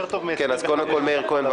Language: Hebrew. קודם כול, מאיר כהן.